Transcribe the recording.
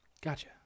gotcha